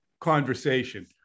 conversation